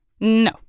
No